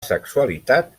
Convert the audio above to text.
sexualitat